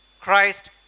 Christ